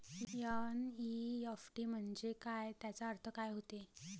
NEFT म्हंजे काय, त्याचा अर्थ काय होते?